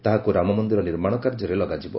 ତାହାକୁ ରାମମନ୍ଦିର ନିର୍ମାଣ କାର୍ଯ୍ୟରେ ଲଗାଯିବ